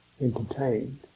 entertained